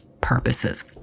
purposes